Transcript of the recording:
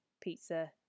Pizza